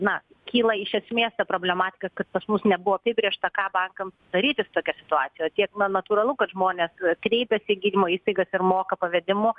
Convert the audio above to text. na kyla iš esmės ta problematika kad pas mus nebuvo apibrėžta ką bankams daryti su tokia situacija o tiek na natūralu kad žmonės kreipiasi į gydymo įstaigas ir moka pavedimu